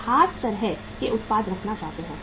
लोग खास तरह के उत्पाद रखना चाहते हैं